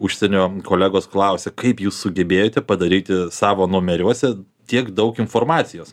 užsienio kolegos klausia kaip jūs sugebėjote padaryti savo numeriuose tiek daug informacijos